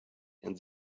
and